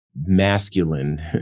Masculine